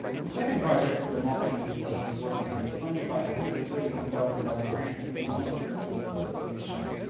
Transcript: the second project for the multimedia team is working on is funded by one hundred and thirty one thousand dollars grant from the illinois principals association.